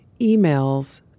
emails